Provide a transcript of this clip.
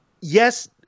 yes